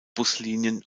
buslinien